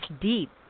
deep